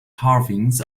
carvings